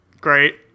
Great